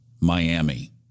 Miami